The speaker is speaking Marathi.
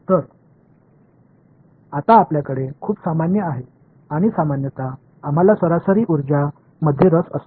तर आता आपल्याकडे खूप सामान्य आहे आणि सामान्यत आम्हाला सरासरी उर्जा मध्ये रस असतो